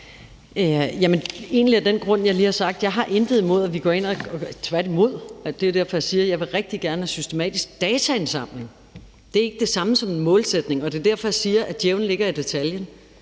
Jeg har intet imod, at vi går ind, tværtimod, og det er jo derfor, jeg siger, at jeg rigtig gerne vil have en systematisk dataindsamling. Men det er ikke det samme som en målsætning, og det er derfor, jeg siger, at djævlen ligger i detaljen.